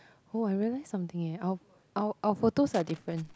oh I realise something eh our our our photos are different